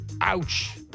Ouch